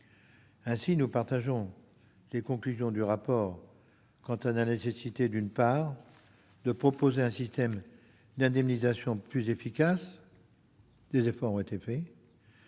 Nous partageons les conclusions du rapport quant à la nécessité, d'une part, de proposer un système d'indemnisation plus efficace- des efforts ont été faits